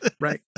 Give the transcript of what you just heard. Right